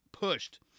pushed